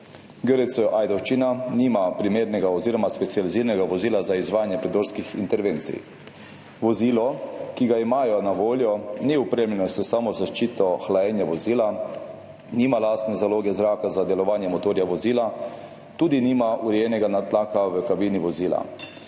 GRC Ajdovščina nima primernega oziroma specializiranega vozila za izvajanje predorskih intervencij. Vozilo, ki ga imajo na voljo, ni opremljeno s samozaščito hlajenja vozila, nima lastne zaloge zraka za delovanje motorja vozila, tudi nima urejenega nadtlaka v kabini vozila.